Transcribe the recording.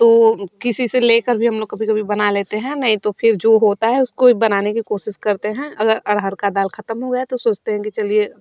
तो किसी से लेकर भी हम लोग कभी कभी बना लेते हैं नहीं तो फिर जो होता है उसको ही बनाने की कोशिश करते हैं अगर अरहर का दाल ख़त्म हो गया तो सोचते हैं कि चलिए